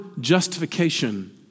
Justification